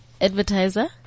advertiser